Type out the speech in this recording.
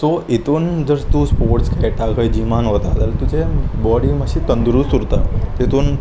so हितून जर तूं स्पोर्ट्स खेळटा खंय जिमान वता जाल्यार तुजे बॉडी मातशी तंदुरूस्त उरता तितून